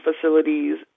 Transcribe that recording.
facilities